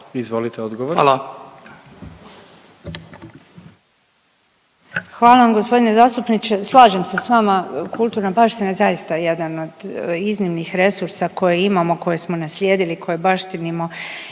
Koržinek, Nina (HDZ)** Hvala vam g. zastupniče. Slažem se s vama. Kulturna baština je zaista jedna od iznimnih resursa koje imamo, koje smo naslijedili, koje baštinimo